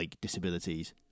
disabilities